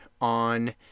on